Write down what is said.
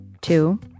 Two